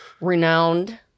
renowned